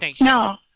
No